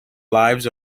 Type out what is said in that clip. lives